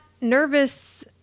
nervous